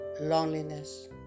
loneliness